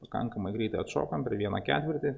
pakankamai greitai atšokam per vieną ketvirtį